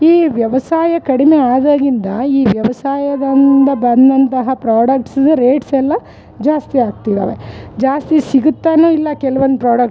ಈ ವ್ಯವಸಾಯ ಕಡಿಮೆ ಆದಾಗಿಂದ ಈ ವ್ಯವಸಾಯದಿಂದ ಬಂದಂತಹ ಪ್ರಾಡಕ್ಟ್ಸ್ ರೇಟ್ಸ್ ಎಲ್ಲ ಜಾಸ್ತಿ ಆಗ್ತಿದಾವೆ ಜಾಸ್ತಿ ಸಿಗುತ್ತಾನು ಇಲ್ಲ ಕೆಲವೊಂದು ಪ್ರಾಡಕ್ಟ್ಸ್